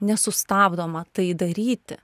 nesustabdoma tai daryti